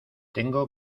tengo